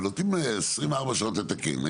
אז נותנים 24 שעות לתקן.